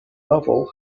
novel